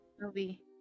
movie